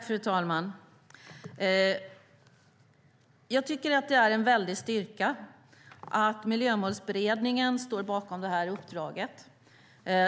Fru talman! Det är en styrka att Miljömålsberedningen står bakom uppdraget.